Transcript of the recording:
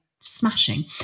smashing